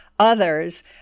others